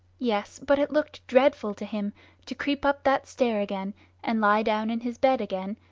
yes but it looked dreadful to him to creep up that stair again and lie down in his bed again,